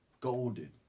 golden